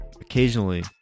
occasionally